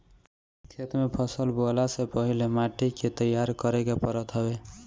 खेत में फसल बोअला से पहिले माटी के तईयार करे के पड़त हवे